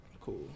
cool